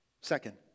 Second